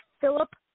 Philip